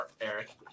Eric